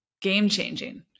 game-changing